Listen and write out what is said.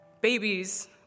babies